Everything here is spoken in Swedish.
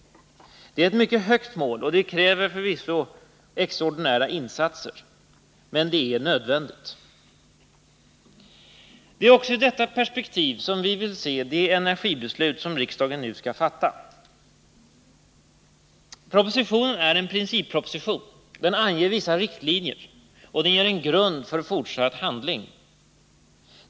Det är ett mycket högt mål, och det kräver förvisso extraordinära insatser. Men det är nödvändigt. Det är också i detta perspektiv som vi vill se de energibeslut som riksdagen nu skall fatta. Propositionen är en principproposition; den anger vissa riktlinjer och den ger en grund för fortsatt handling.